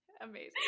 amazing